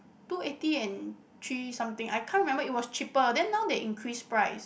two eighty and three something I can't remember it was cheaper then now they increase price